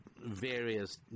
various